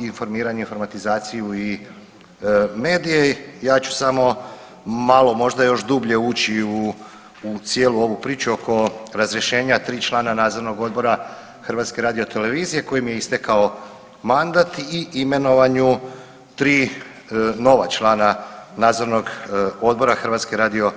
informiranje, informatizaciju i medije, ja ću samo malo možda još dublje ući u cijelu ovu priču oko razrješenja tri člana Nadzornog odbora HRT-a kojima je istakao mandat i imenovanju tri nova člana Nadzornog odbora HRT-a.